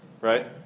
right